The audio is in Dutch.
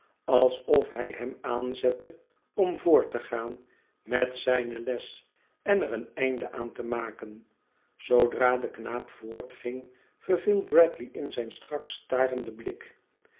alsof hij hem aanzette om voort te gaan met zijne les en er een einde aan te maken zoodra de knaap voortging verviel bradley in zijn strak starenden blik